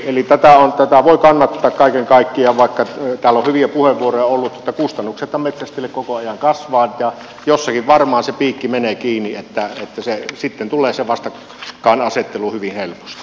tätä voi kannattaa kaiken kaikkiaan vaikka täällä on hyviä puheenvuoroja ollut kustannuksethan metsästäjille koko ajan kasvavat ja jossakin varmaan se piikki menee kiinni ja sitten tulee se vastakkainasettelu hyvin helposti